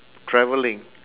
travelling